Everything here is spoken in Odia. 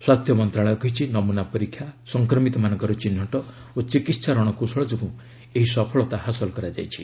ସ୍ୱାସ୍ଥ୍ୟ ମନ୍ତ୍ରଣାଳୟ କହିଛି ନମୂନା ପରୀକ୍ଷା ସଂକ୍ରମିତମାନଙ୍କର ଚିହ୍ନଟ ଓ ଚିକିତ୍ସା ରଣକୌଶଳ ଯୋଗୁଁ ଏହି ସଫଳତା ହାସଲ କରାଯାଇଛି